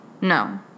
No